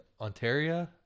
Ontario